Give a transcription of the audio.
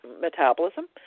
metabolism